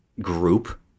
group